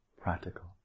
practical